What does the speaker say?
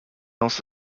else